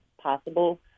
possible